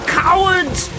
cowards